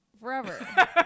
forever